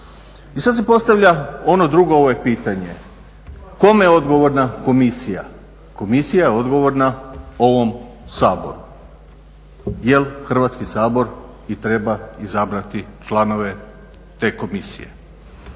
I sad se postavlja ono drugo pitanje, kome je odgovorna komisija. Komisija je odgovorna ovom Saboru jer Hrvatski sabor i treba izabrati članove te komisije,